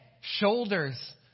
shoulders